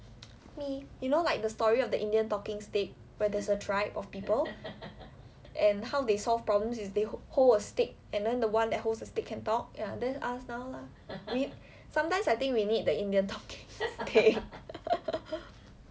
me you know like the story of the indian talking stick where there's a tribe of people and how they solve problems is they hold a stick and then the one that holds the stick can talk ya that's us now lah sometimes I think we need the indian talking stick